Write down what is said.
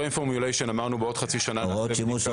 פריים פורמוליישן עוד חצי שנה.